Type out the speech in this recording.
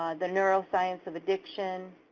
the neuroscience of addiction,